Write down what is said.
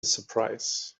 surprise